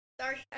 Sorry